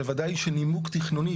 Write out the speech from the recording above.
בוודאי שנימוק תכנוני,